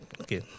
okay